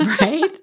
Right